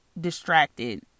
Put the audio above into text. distracted